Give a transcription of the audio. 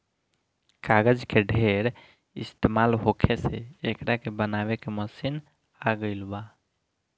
कागज के ढेर इस्तमाल होखे से एकरा के बनावे के मशीन आ गइल बा